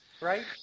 right